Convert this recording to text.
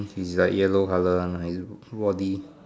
is like yellow colour one lah is